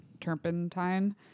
turpentine